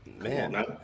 man